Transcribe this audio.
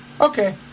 okay